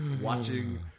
watching